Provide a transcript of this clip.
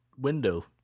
window